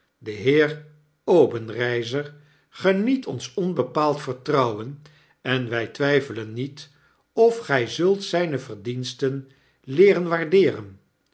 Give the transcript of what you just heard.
de heer obenreizer geniet ons onbepaald vertrouwen en wg twgfelen niet of gg zult zgne verdiensten leeren waardeerenl